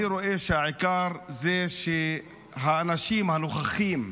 אני רואה שהעיקר זה שהאנשים הנוכחים,